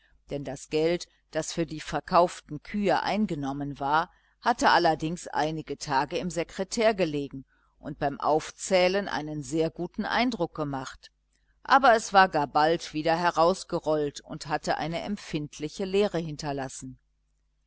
denn das geld das für die verkauften kühe eingenommen war hatte allerdings einige tage im sekretär gelegen und beim aufzählen einen sehr guten eindruck gemacht aber es war gar bald wieder herausgerollt und hatte eine empfindliche leere hinterlassen